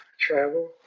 travel